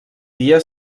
dia